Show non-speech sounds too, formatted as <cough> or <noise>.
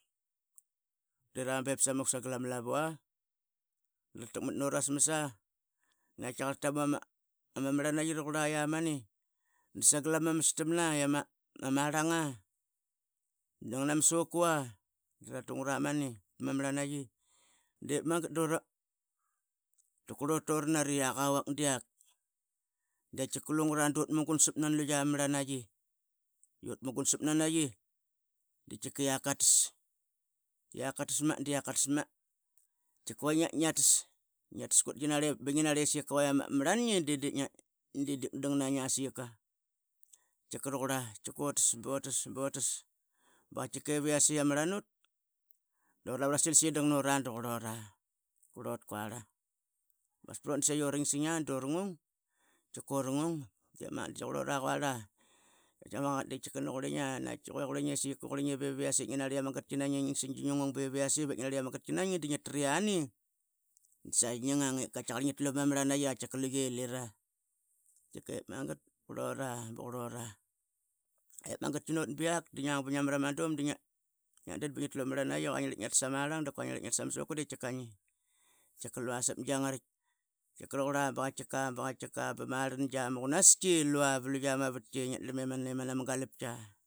Iutit be samuk sagal ama lavu a. Dara takmat nuasmas a nakatkiakar turgu, ana marlanaiql ranqura lamani sagal ama mastamna iamarlanga dangana ma sukua i ratungat pama maranaiqi die magat dra qrlut tu ranat iaq a vak diak. Da tkika lungura dutmugut sapna na ma marlanaiqi. Yutmugun sapnanaiqi dakatkika iak katas lak katas ma diak katas ma. Que ngia tas ngia tas kntgia narlep ip bingia narli lama rlangi di dip dangnainga sayika tkika ranqura butas butas tkike viase ia ma rlangut. Dura lavu rosil saiyi dang nora dukurlora. Krlot quarla, masprot durangsing durungung tkika urungung di magat dasaiyi qrlora quarla <unintelligible> Ip yase ngingung bingi nari iama gatki naingi dla ngia triani dasaixi ngingang i katkiakar ngi tlu pama marlanaiqi luye lira dip magat dukurilora bukurlrora ip magatki not biak dingang dingang bingia mara ma dum dingialdan i, itngitlu pama marlan. Rua ngi narlie ngiatas amarlang duqqna iama suku, lua sap gianaritk tkika. rauquva bakatkika bakatkika bamarlangia ma qunastki iama galptka.